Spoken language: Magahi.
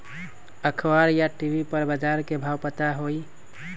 अखबार या टी.वी पर बजार के भाव पता होई?